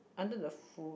under the food